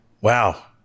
Wow